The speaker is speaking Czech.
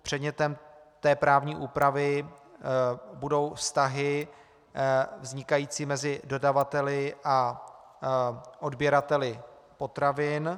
Předmětem té právní úpravy budou vztahy vznikající mezi dodavateli a odběrateli potravin.